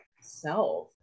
self